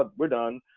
ah we're done.